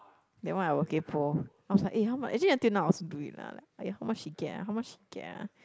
that one I will kaypo outside eh how much actually until now I still now do it lah like how much he get lah how much he get lah